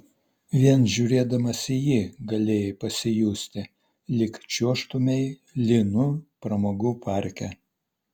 vien žiūrėdamas į jį galėjai pasijusti lyg čiuožtumei lynu pramogų parke